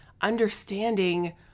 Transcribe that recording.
understanding